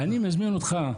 אני מזמין אותך,